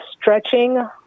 stretching